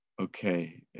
Okay